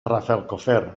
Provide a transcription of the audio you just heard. rafelcofer